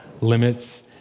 limits